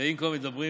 ואם כבר מדברים,